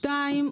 שתיים,